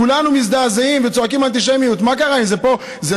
כולנו מזדעזעים וצועקים: אנטישמיות.